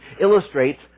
illustrates